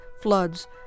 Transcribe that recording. floods